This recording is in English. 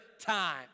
time